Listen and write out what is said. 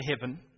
heaven